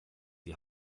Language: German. die